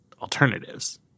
alternatives